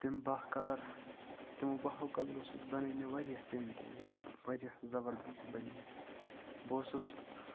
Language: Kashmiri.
تِم بہہ کَلَر تِمو بَہو کَلرو سۭتۍ بَنٲے مےٚ واریاہ پینٛٹِنٛگ یِم واریاہ زَبَردست بَنے بہٕ اوسُس